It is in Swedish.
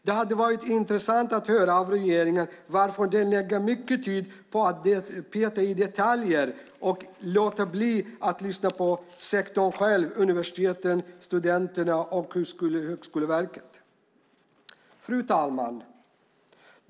Det hade varit intressant att höra av regeringen varför den lägger mycket tid på att peta i detaljer och låter bli att lyssna på sektorn själv - universiteten, studenterna och Högskoleverket. Fru talman!